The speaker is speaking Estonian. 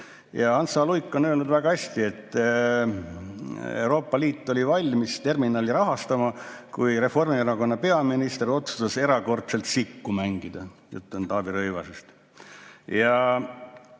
Hans H. Luik on öelnud väga hästi, et Euroopa Liit oli valmis terminali rahastama, kui Reformierakonna peaminister otsustas erakordselt sikku mängida. Jutt on Taavi Rõivasest. Heiti